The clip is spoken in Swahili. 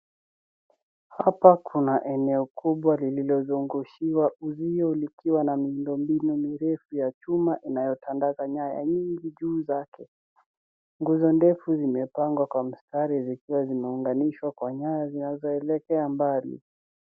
Hapa kuna eneo kubwa lililozungushiwa uzio likiwa na miundo mbinu mirefu ya chuma inayotandaza nyaya nyingi juu zake. Nguzo ndefu zimepangwa kwa mstari zikiwa zimeunganishwa kwa nyaya zinazoelekea mbali.